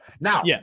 Now